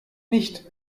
nicht